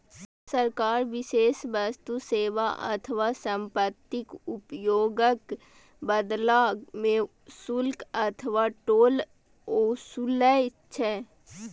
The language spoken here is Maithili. सरकार विशेष वस्तु, सेवा अथवा संपत्तिक उपयोगक बदला मे शुल्क अथवा टोल ओसूलै छै